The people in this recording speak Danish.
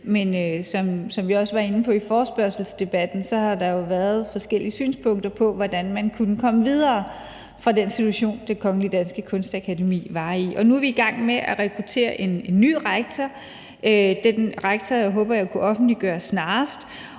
men som vi også var inde på i forespørgselsdebatten, har der været forskellige synspunkter om, hvordan man kunne komme videre fra den situation, Det Kongelige Danske Kunstakademi var i. Nu er vi i gang med at rekruttere en ny rektor, og navnet på den rektor håber jeg at kunne offentliggøre snarest;